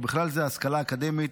ובכלל זה השכלה אקדמית.